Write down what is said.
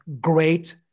great